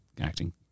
acting